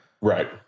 Right